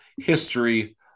history